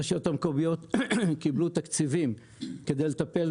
הרשויות המקומיות קיבלו תקציבים כדי לקבל